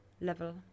level